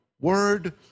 word